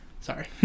Sorry